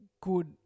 good